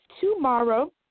tomorrow